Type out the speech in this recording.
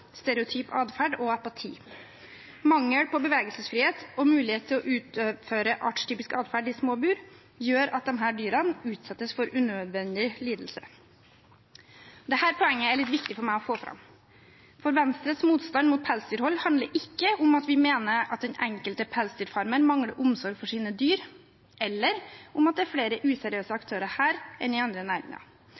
stereotyp atferd og apati. Mangel på bevegelsesfrihet og mulighet til å utføre artstypisk atferd i små bur gjør at disse dyrene utsettes for unødvendig lidelse. Dette poenget er litt viktig for meg å få fram, for Venstres motstand mot pelsdyrhold handler ikke om at vi mener at den enkelte pelsdyrfarmer mangler omsorg for sine dyr, eller om at det er flere useriøse aktører her enn i andre næringer.